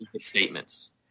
statements